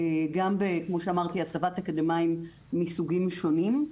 גם כמו שאמרתי בהסבת אקדמאים מסוגים שונים.